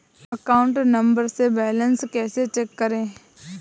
Account number से balance कैसे check करें?